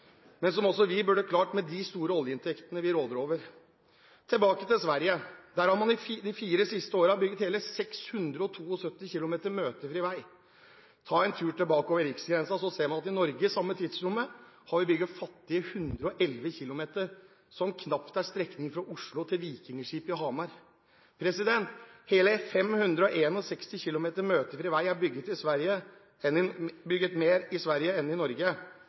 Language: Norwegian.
men som også vi burde klart med de store oljeinntektene vi råder over. Tilbake til Sverige: Der har man de fire siste årene bygd hele 672 km møtefri vei. Tar man en tur tilbake over riksgrensen, ser man at vi i Norge i det samme tidsrommet har bygd fattige 111 km, som knapt er strekningen fra Oslo til Vikingskipet i Hamar. Hele 561 km mer møtefri vei er altså bygd i Sverige enn i Norge. Det er lenger enn